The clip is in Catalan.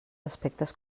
aspectes